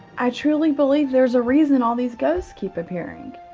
i truly believe there's a reason all these ghosts keep appearing.